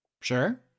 Sure